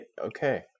okay